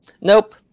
nope